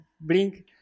bring